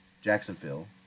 Jacksonville